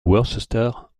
worcester